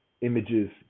images